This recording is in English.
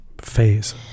phase